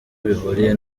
bihuriye